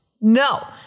no